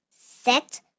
set